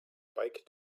bike